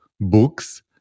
books